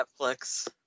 Netflix